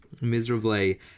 Miserably